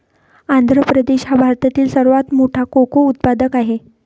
आंध्र प्रदेश हा भारतातील सर्वात मोठा कोको उत्पादक आहे